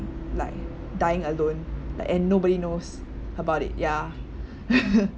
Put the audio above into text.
like dying alone like and nobody knows about it ya